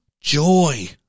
joy